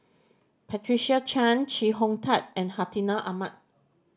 Patricia Chan Chee Hong Tat and Hartinah Ahmad